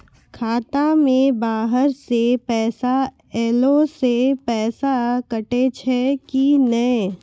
खाता मे बाहर से पैसा ऐलो से पैसा कटै छै कि नै?